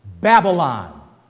Babylon